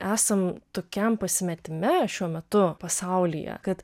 esam tokiam pasimetime šiuo metu pasaulyje kad